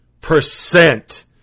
percent